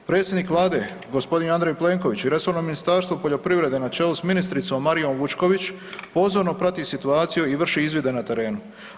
Predsjednik vlade g. Andrej Plenković i resorno Ministarstvo poljoprivrede na čelu s ministricom Marijom Vučković pozorno prati situaciju i vrši izvide na terenu.